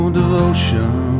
devotion